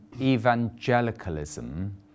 evangelicalism